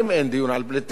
אין דיון על פליטים,